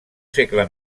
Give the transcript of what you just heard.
segle